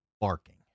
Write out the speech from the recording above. barking